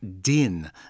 din